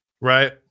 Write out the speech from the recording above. Right